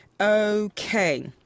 Okay